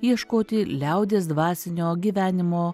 ieškoti liaudies dvasinio gyvenimo